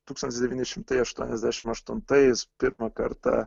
tūkstantis devyni šimtai aštuoniasdešim aštuntais pirmą kartą